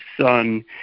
son